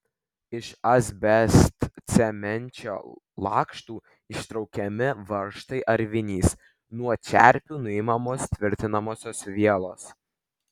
iš asbestcemenčio lakštų ištraukiami varžtai ar vinys nuo čerpių nuimamos tvirtinamosios vielos